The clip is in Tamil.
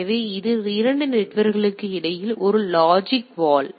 எனவே இது 2 நெட்வொர்க்குகளுக்கு இடையில் ஒரு லாஜிக்கல் வால்